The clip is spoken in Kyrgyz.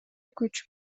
көчүп